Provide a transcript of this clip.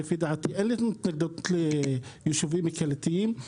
אין לנו התנגדות ליישובים קהילתיים.